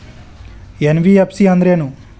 NBFC ಅಂದ್ರೇನು?